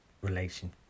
relation